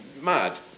mad